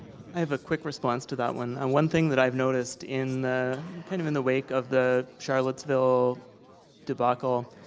have a quick response to that one. and one thing that i've noticed in the kind of in the wake of the charlottesville debacle,